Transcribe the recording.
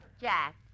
Jack